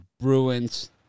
Bruins